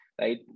right